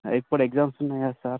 ఇప్పుడు ఎగ్జామ్స్ ఉన్నాయా సార్